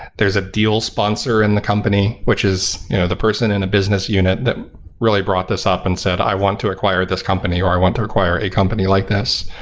there is a deal sponsor in the company, which is the person in a business unit that really brought this up and said, i want to acquire this company, or i want to acquire a company like this.